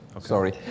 Sorry